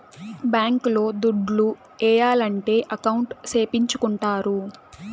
bank లో దుడ్లు ఏయాలంటే అకౌంట్ సేపిచ్చుకుంటారు